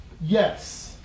Yes